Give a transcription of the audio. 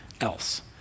else